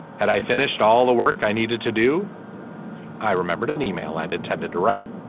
had i finished all the work i needed to do i remembered an email i had intended to write.